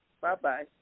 Bye-bye